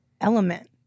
element